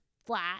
flat